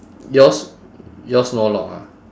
yours yours no lock ha